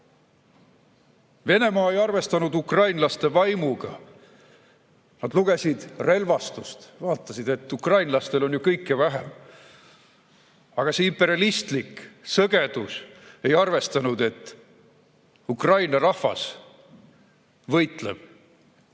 tagasi. Venemaa ei arvestanud ukrainlaste vaimuga. Nad lugesid relvastust ja vaatasid, et ukrainlastel on kõike ju vähem. Aga see imperialistlik sõgedus ei arvestanud, et Ukraina rahvas võitleb.